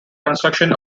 construction